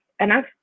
enough